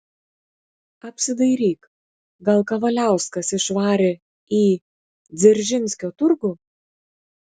apsidairyk gal kavaliauskas išvarė į dzeržinskio turgų